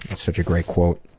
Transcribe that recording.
such a great quote,